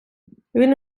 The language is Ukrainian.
він